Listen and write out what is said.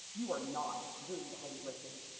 you are not doing the heavy lifting.